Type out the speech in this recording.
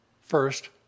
first